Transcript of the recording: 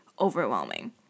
overwhelming